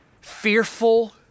fearful